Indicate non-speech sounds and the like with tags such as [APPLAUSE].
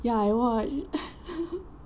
ya I watched [LAUGHS]